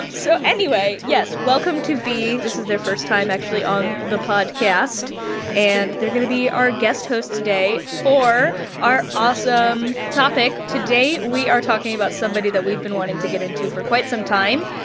ah so anyway, yes, welcome to v. this is their first time actually on the podcast and they're going to be our guest host today for our awesome topic. today we are talking about somebody that we've been wanting to get into for quite some time.